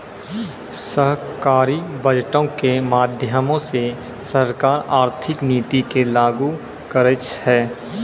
सरकारी बजटो के माध्यमो से सरकार आर्थिक नीति के लागू करै छै